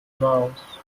laos